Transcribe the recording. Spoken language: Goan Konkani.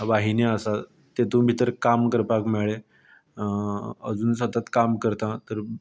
वाहिनी आसा तेतून भितर काम करपाक मेळ्ळें अजून सतत काम करतां